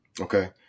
Okay